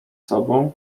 sobą